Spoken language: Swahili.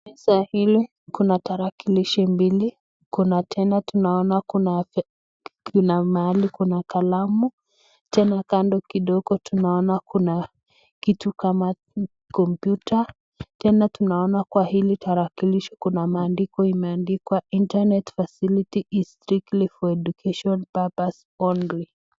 Kwa meza hili kuna tarakilishi mbili, kuna tena tunaona kuna mahali kuna kalamu, tena kando kidogo tunaona kuna kitu kama kompyuta, tena tunaona kwa hili tarakilisho kuna maandiko imeandikwa Internet facility is strictly for education purpose only .